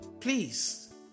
Please